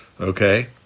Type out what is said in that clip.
okay